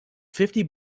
fifty